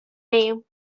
name